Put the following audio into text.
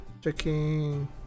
checking